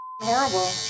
horrible